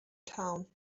town